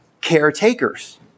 caretakers